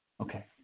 okay